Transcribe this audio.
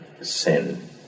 sin